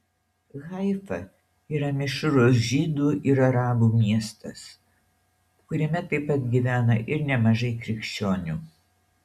haifa yra mišrus žydų ir arabų miestas kuriame taip pat gyvena ir nemažai krikščionių